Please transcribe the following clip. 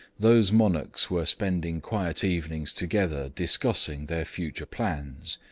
those monarchs were spending quiet evenings together discussing their future plans,